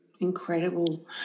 Incredible